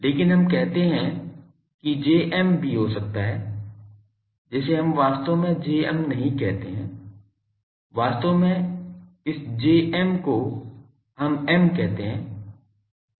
लेकिन हम कहते हैं कि Jm भी हो सकता है जिसे हम वास्तव में Jm नहीं कहते हैं वास्तव में इस Jm को हम M कहते हैं